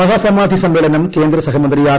മഹാസമാധി സമ്മേളനം കേന്ദ്ര സഹമന്ത്രി ്ആർ